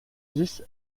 dix